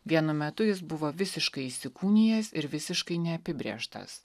vienu metu jis buvo visiškai įsikūnijęs ir visiškai neapibrėžtas